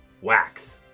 Wax